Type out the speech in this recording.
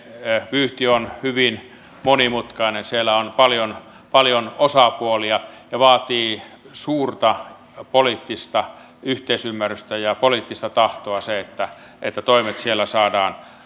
vyyhti on hyvin monimutkainen siellä on paljon paljon osapuolia ja vaatii suurta poliittista yhteisymmärrystä ja poliittista tahtoa että toimet siellä saadaan